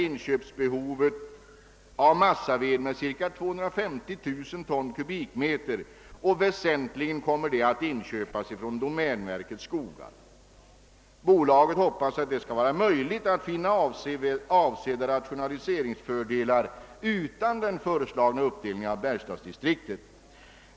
Inköpsbehovet av massaved kommer att öka med cirka 250 000 kubikmeter och väsentligen kommer det att inköpas från domänverkets skogar. Bolaget hoppas att det skall vara möjligt att vinna avsevärda rationaliseringsfördelar utan den föreslagna uppdelningen av bergslagsdistriktet.